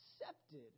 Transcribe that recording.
accepted